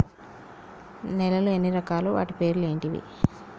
నేలలు ఎన్ని రకాలు? వాటి పేర్లు ఏంటివి?